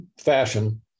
fashion